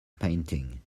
painting